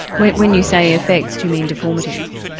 when when you say effects do you mean deformity?